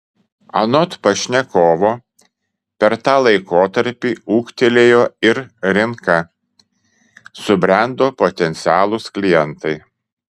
anot pašnekovo per tą laikotarpį ūgtelėjo ir rinka subrendo potencialūs klientai